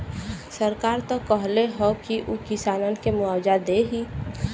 सरकार त कहले हौ की उ किसानन के मुआवजा देही